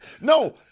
No